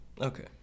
Okay